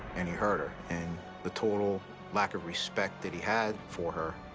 and he hurt her. and the total lack of respect that he had for her,